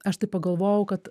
aš taip pagalvojau kad